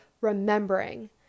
remembering